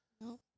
no